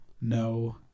no